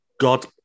God